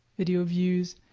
video views.